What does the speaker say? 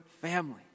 family